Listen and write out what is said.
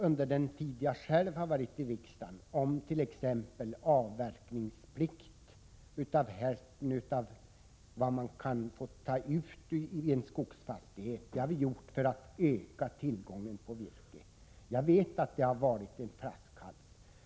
Under den tid jag själv har varit med i riksdagen har vi fattat flera beslut för att öka tillgången på virke, t.ex. beslut om avverkningsplikt för hälften av vad man får ta ut i en skogsfastighet. Jag vet att detta har varit en flaskhals.